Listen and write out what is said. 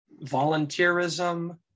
volunteerism